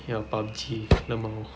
ya PUBG LMAO